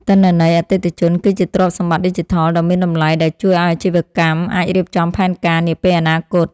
ទិន្នន័យអតិថិជន គឺជាទ្រព្យសម្បត្តិឌីជីថលដ៏មានតម្លៃដែលជួយឱ្យអាជីវកម្មអាចរៀបចំផែនការនាពេលអនាគត។